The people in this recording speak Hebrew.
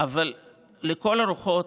אבל לכל הרוחות,